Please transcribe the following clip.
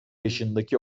yaşındaki